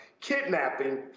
kidnapping